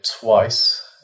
twice